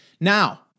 Now